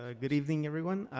ah good evening, everyone.